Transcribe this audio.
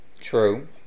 True